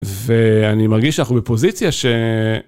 ואני מרגיש שאנחנו בפוזיציה ש...